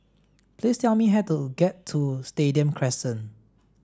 please tell me how to get to Stadium Crescent